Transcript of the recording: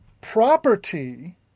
property